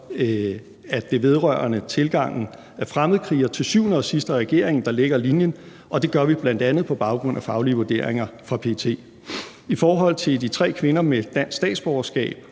at det vedrørende tilgangen af fremmedkrigere til syvende og sidst er regeringen, der lægger linjen, og det gør vi bl.a. på baggrund af faglige vurderinger fra PET. I forhold til de tre kvinder med dansk statsborgerskab